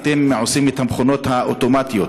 אתם עושים את המכונות האוטומטיות,